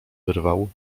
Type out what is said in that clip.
wyrwał